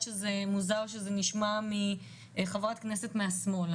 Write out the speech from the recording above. שזה מוזר שזה נשמע מחברת כנסת מהשמאל,